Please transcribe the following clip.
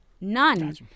None